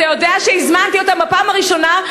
אתה יודע שהזמנתי אותן בפעם הראשונה,